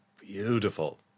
Beautiful